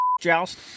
joust